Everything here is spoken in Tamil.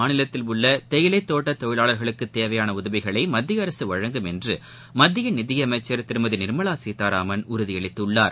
மாநிலத்தில் அசாம் உள்ளதேயிலைதோட்டதொழிலாளர்களுக்குதேவையானஉதவிகளைமத்தியஅரசுவழங்கும் என்றுமத்தியநிதியமைச்சர் திருமதிநிர்மலாசீத்தாராமன் உறுதியளித்துள்ளார்